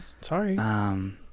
Sorry